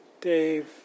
Dave